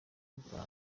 bwa